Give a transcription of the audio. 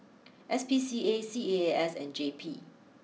S P C A C A A S and J P